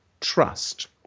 trust